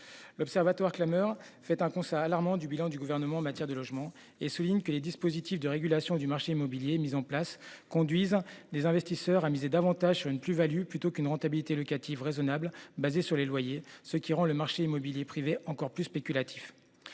et ruraux », dresse un constat alarmant du bilan du Gouvernement en matière de logement et souligne que les dispositifs de régulation du marché immobilier en place incitent les investisseurs à privilégier la plus-value, plutôt que la rentabilité locative raisonnable basée sur les loyers. Cela rend le marché immobilier privé encore plus spéculatif.